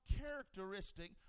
characteristic